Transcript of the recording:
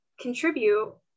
contribute